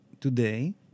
today